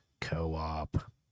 co-op